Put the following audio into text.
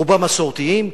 רובם מסורתיים.